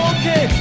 okay